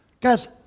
Guys